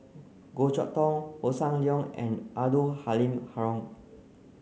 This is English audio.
Goh Chok Tong Hossan Leong and Abdul Halim Haron